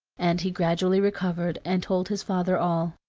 and he gradually recovered and told his father all.